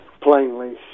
Plainly